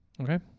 Okay